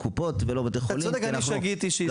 אתה צודק, אני שגיתי שהזכרתי.